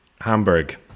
Hamburg